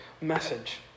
message